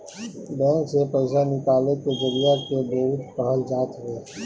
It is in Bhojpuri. बैंक से पईसा निकाले के जरिया के डेबिट कहल जात हवे